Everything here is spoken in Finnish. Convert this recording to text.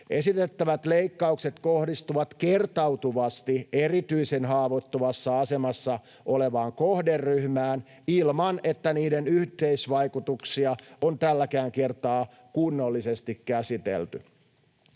Esitettävät leikkaukset kohdistuvat kertautuvasti erityisen haavoittuvassa asemassa olevaan kohderyhmään ilman, että niiden yhteisvaikutuksia on tälläkään kertaa kunnollisesti käsitelty.